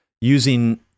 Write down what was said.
using